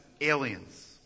aliens